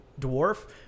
dwarf